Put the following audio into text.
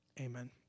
Amen